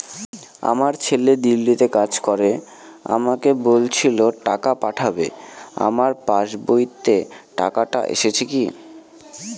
আমার ছেলে দিল্লীতে কাজ করে আমাকে বলেছিল টাকা পাঠাবে আমার পাসবইতে টাকাটা এসেছে কি?